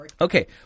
okay